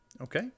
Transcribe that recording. Okay